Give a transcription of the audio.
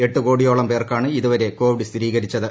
എട്ടു കോടിയോളം പേർക്കാണ് ഇതുവരെ കോവിഡ് സ്ഥിരീകരിച്ചത്